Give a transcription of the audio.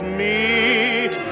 meet